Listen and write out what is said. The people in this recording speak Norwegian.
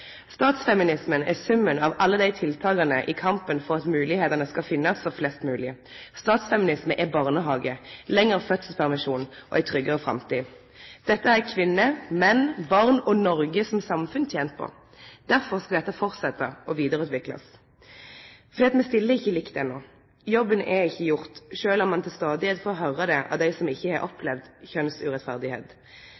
Statsfeminismen er summen av alle tiltaka i kampen for at moglegheitene skal finnast for flest mogleg. Statsfeminisme er barnehagar, lengre fødselspermisjon og ei tryggare framtid. Dette har kvinner, menn, barn og Noreg som samfunn tent på. Derfor skal dette fortsetje og vidareutviklast. Me stiller ikkje likt enno. Jobben er ikkje gjort sjølv om ein stadig får høyre det av dei som ikkje har